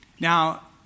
Now